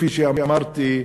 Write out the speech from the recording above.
כפי שאמרתי,